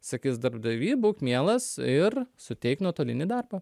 sakys darbdavy būk mielas ir suteik nuotolinį darbą